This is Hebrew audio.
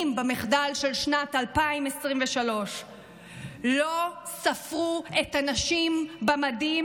במחדל של שנת 2023. לא ספרו את הנשים במדים,